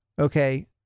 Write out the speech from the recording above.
Okay